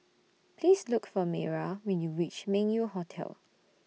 Please Look For Mayra when YOU REACH Meng Yew Hotel